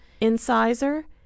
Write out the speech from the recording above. incisor